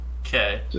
Okay